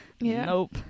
Nope